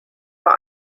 war